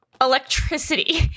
electricity